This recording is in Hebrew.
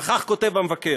וכך כותב המבקר: